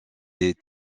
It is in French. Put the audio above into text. des